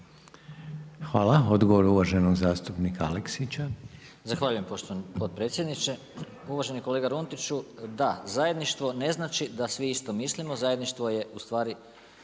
Hvala. Odgovor uvaženog zastupnika Aleksića. **Aleksić, Goran (SNAGA)** Zahvaljujem poštovani potpredsjedniče. Uvaženi kolega Runtiću, da zajedništvo ne znači da svi isto mislimo. Zajedništvo je u stvari